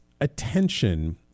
attention